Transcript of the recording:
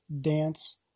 dance